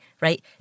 right